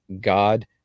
God